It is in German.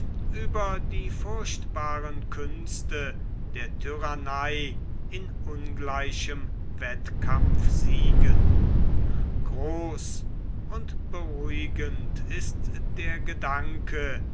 über die furchtbaren künste der tyrannei in ungleichem wettkampf siegen groß und beruhigend ist der gedanke